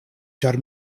ĉar